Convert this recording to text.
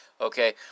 Okay